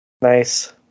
Nice